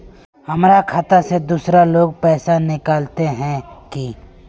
हमर खाता से दूसरा लोग पैसा निकलते है की?